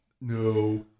No